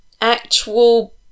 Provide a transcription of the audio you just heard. actual